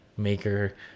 maker